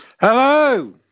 Hello